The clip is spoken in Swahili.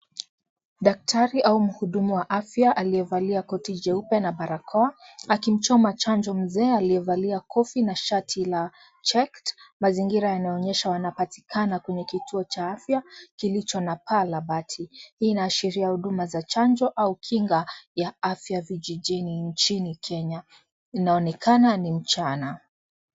Daktari au mhudumu wa afya aliyevalia koti jeupe na barakoa, akimchoma chanjo mzee aliyevalia kofi na shati la checked . Mazingira yanaonyesha wanapatikana kwenye kituo cha afya, kilicho na paa la bati. Hii inaashiria huduma za chanjo au kinga ya afya vijijini nchini Kenya. Inaonekana ni mchana.